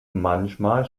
manchmal